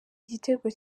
igitego